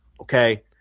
Okay